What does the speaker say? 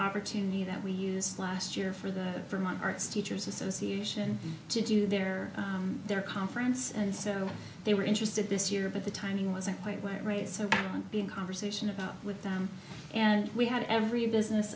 opportunity that we used last year for the vermont arts teachers association to do their their conference and so they were interested this year but the timing wasn't quite right so on being conversation about with them and we had every business